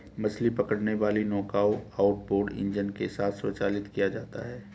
मछली पकड़ने वाली नौकाओं आउटबोर्ड इंजन के साथ संचालित किया जाता है